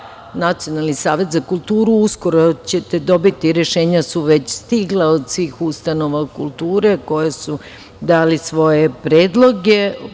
Što se tiče Nacionalnog saveta za kulturu, uskoro ćete dobiti, rešenja su već stigla od svih ustanova kulture koje su dale svoje predloge.